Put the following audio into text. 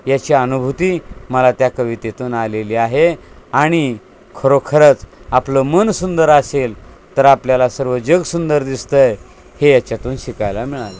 याची अनुभूती मला त्या कवितेतून आलेली आहे आणि खरोखरंच आपलं मन सुंदर असेल तर आपल्याला सर्व जग सुंदर दिसतं आहे हे याच्यातून शिकायला मिळाले